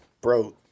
bro